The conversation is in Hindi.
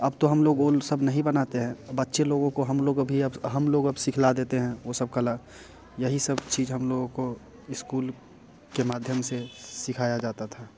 अब तो हम लोग ओल सब नहीं बनाते हैं बच्चे लोगों को हम लोग अभी अब हम लोग अब सिखला देते हैं वो सब कला यही सब चीज़ हम लोगों को इस्कूल के माध्यम से सिखाया जाता था